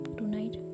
tonight